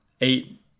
eight